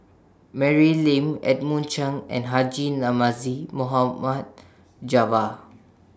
Mary Lim Edmund Chen and Haji Namazie Mohd Javad